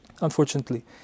unfortunately